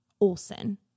Olson